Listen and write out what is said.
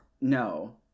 no